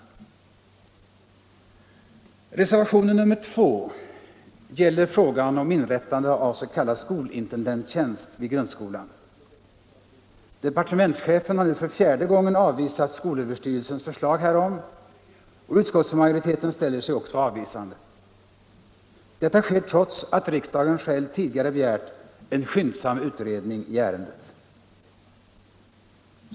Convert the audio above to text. Reservation nr 2 gäller frågan om inrättande av s.k. skolintendenttjänst vid grundskolan. Departementschefen har nu för fjärde gången avvisat skolöverstyrelsens förslag härom, och utskottsmajoriteten ställer sig också avvisande. Detta sker trots att riksdagen själv tidigare begärt en skyndsam utredning i ärendet.